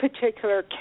particular